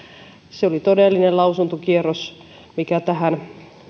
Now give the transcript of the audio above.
se oli todellinen lausuntokierros joka tähän